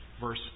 verse